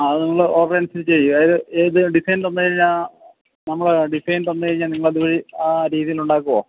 അത് നിങ്ങൾ ഓർഡർ അനുസരിച്ച് ചെയ്യൂ അതായത് ഏത് ഏത് ഡിസൈന് തന്നു കഴിഞ്ഞാൽ നമ്മൾ ഡിസൈന് തന്നു കഴിഞ്ഞാൽ നിങ്ങള് അത് വഴി ആ രീതിയില് ഉണ്ടാക്കുമോ